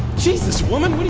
jesus woman! what are